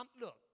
look